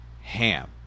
HAM